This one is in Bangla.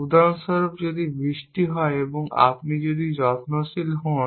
উদাহরণস্বরূপ যদি বৃষ্টি হয় এবং যদি আপনি যত্নশীল হন